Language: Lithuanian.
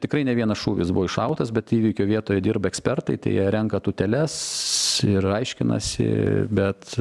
tikrai ne vienas šūvis buvo iššautas bet įvykio vietoje dirba ekspertai tai jie renka tūteles ir aiškinasi bet